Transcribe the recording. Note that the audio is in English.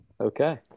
okay